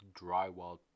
drywall